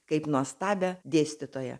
kaip nuostabią dėstytoją